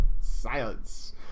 Silence